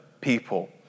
people